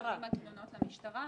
דיווחים על תלונות למשטרה,